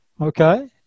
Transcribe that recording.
Okay